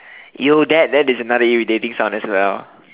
!eww! that that is another irritating sound as well